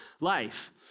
life